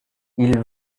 ils